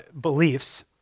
beliefs